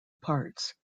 parts